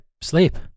sleep